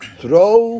throw